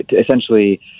essentially